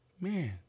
man